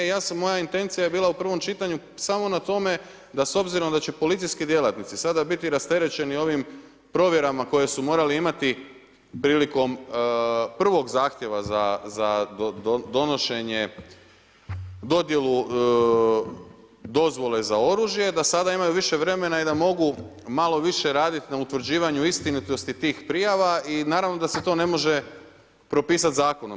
Moja intencija je bila u prvom čitanju samo na tome da s obzirom da će policijski djelatnici bi rasterećeni ovim provjerama koje su morali imati prilikom prvog zahtjeva za donošenje dodjelu dozvole za oružje, da sada imaju više vremena i da mogu malo više raditi na utvrđivanju istinitosti tih prijava i naravno da se to ne može propisati zakonom.